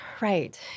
right